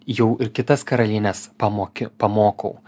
jau ir kitas karalienes pamoki pamokau